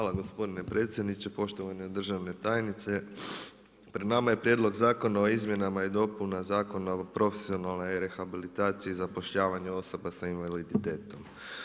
Hvala gospodine predsjedniče, poštovane državne tajnice, pred nama je Prijedlog zakona o izmjenama i dopuna Zakona o profesionalnoj rehabilitaciji i zapošljavanju osoba s invaliditetom.